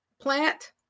plant